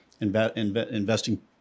investing